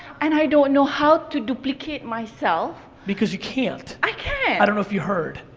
and i don't know how to duplicate myself. because you can't. i can't! i don't know if you heard.